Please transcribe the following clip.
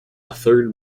third